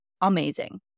amazing